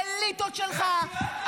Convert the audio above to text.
לך לאליטות שלך.